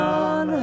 on